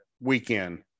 weekend